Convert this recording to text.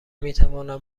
میتواند